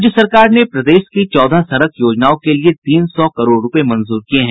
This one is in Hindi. राज्य सरकार ने प्रदेश की चौदह सड़क योजनाओं के लिए तीन सौ करोड़ रूपये मंजूर किये हैं